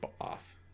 off